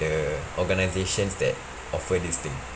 the organisations that offer this thing